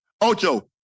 Ocho